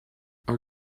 our